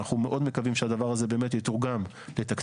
אנחנו מאוד מקווים שהדבר הזה באמת יתורגם לתקציב,